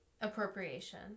Appropriation